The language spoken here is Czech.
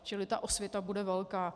Čili osvěta bude velká.